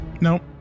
Nope